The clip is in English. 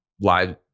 live